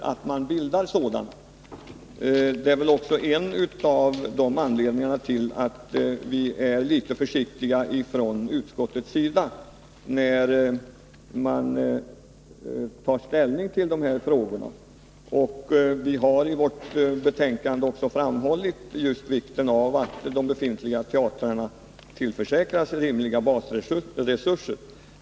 Detta är nog också en av anledningarna till att utskottet har varit litet försiktigt när det gällt att ta ställning i dessa frågor. I betänkandet har vi också framhållit vikten av att de befintliga teatrarna tillförsäkras rimliga basresurser.